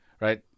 right